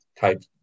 type